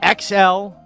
xl